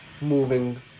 moving